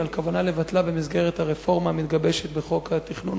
על כוונה לבטלה במסגרת הרפורמה המתגבשת בחוק התכנון